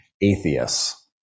atheists